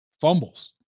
fumbles